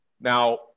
Now